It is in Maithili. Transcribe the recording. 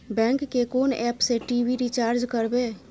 बैंक के कोन एप से टी.वी रिचार्ज करबे?